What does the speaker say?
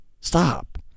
Stop